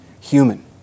human